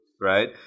right